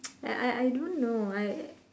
I I I don't know I